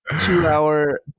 two-hour